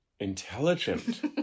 intelligent